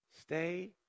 Stay